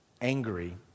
angry